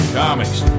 comics